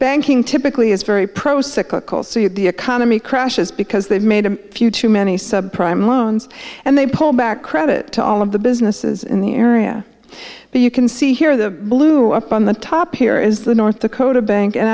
banking typically is very pro cyclical so you the economy crashes because they've made a few too many subprime loans and they pull back credit to all of the businesses in the area but you can see here the blue up on the top here is the north dakota bank and